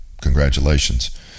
Congratulations